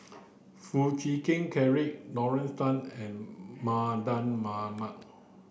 Foo Chee Keng Cedric Lorna Tan and Mardan Mamat